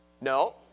No